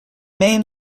main